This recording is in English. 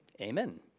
Amen